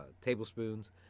tablespoons